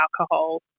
alcohol